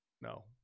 No